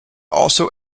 also